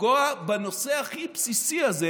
לפגוע בנושא הכי בסיסי הזה